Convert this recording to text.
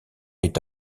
est